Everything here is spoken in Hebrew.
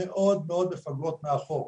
מאוד מאוד מפגרות מאחור.